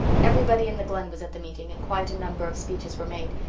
everybody in the glen was at the meeting, and quite a number of speeches were made,